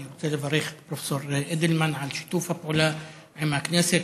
אני רוצה לברך את פרופ' אידלמן על שיתוף הפעולה עם הכנסת,